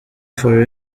for